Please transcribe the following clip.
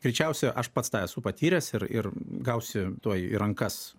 greičiausia aš pats tą esu patyręs ir ir gausiu tuojau į rankas